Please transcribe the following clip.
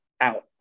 out